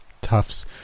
Tufts